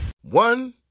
One